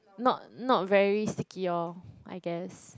not not very sticky orh I guess